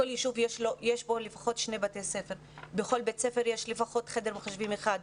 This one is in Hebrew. בכל ישוב יש לפחות שני בתי ספר ובכל בית ספר יש לפחות חדר מחשבים אחד.